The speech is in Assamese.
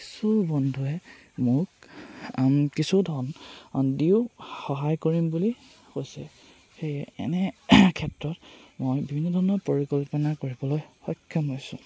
কিছু বন্ধুৱে মোক কিছু ধন দিও সহায় কৰিম বুলি কৈছে সেয়ে এনে ক্ষেত্ৰত মই বিভিন্ন ধৰণৰ পৰিকল্পনা কৰিবলৈ সক্ষম হৈছোঁ